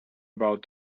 about